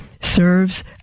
serves